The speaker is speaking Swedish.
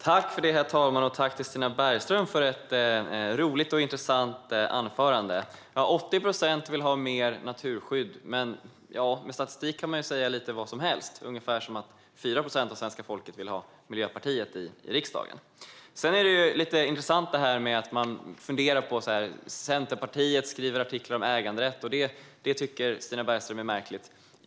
Herr talman! Tack, Stina Bergström, för ett roligt och intressant anförande! Ja, 80 procent vill ha mer naturskydd, men med statistik kan man ju säga lite vad som helst, till exempel att det är 4 procent av svenska folket som vill ha Miljöpartiet i riksdagen. Centerpartiet skriver artiklar om äganderätt, och det tycker Stina Bergström är märkligt.